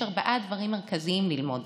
שיש ארבעה דברים מרכזיים ללמוד.